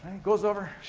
goes over.